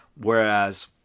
whereas